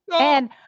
And-